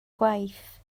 gwaith